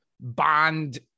bond